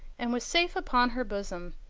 and was safe upon her bosom.